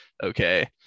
okay